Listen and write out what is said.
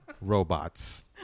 robots